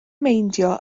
meindio